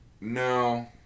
no